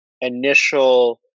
initial